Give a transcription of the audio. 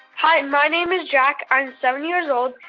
hi. my name is jack. i'm seven years old,